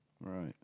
Right